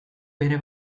bere